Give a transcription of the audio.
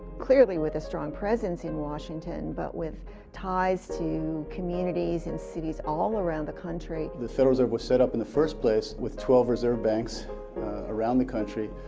clearly with a strong presence in washington, but with ties to communities and cities all around the country. the federal reserve was set up in the first place with twelve reserve banks around the country,